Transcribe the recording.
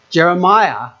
Jeremiah